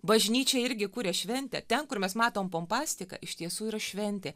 bažnyčia irgi kuria šventę ten kur mes matom pompastiką iš tiesų yra šventė